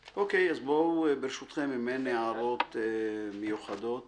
ברשותכם, אם אין הערות מיוחדות